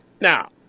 Now